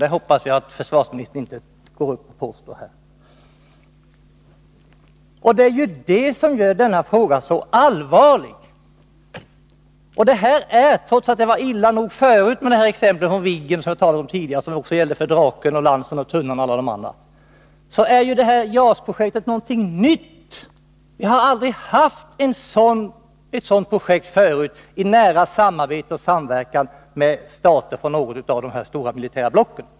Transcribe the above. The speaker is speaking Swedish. Jag hoppas att försvarsministern inte vill påstå att det är det. Det är detta som gör denna fråga så allvarlig. Trots att det var illa nog för ett par år sedan när det gällde Viggen och dessförinnan Draken, Lansen, Tunnan m.fl. flygplan, är JAS-projektet dock något nytt. Vi har aldrig tidigare haft ett sådant projekt i nära samarbete och samverkan med stater från något av de stora militära blocken.